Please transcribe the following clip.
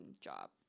job